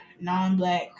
non-black